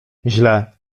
źle